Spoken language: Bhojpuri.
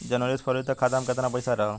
जनवरी से फरवरी तक खाता में कितना पईसा रहल?